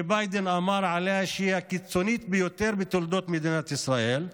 שביידן אמר עליה שהיא הקיצונית ביותר בתולדות מדינת ישראל,